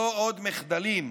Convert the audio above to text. לא עוד מחדלים,